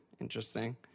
interesting